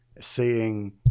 seeing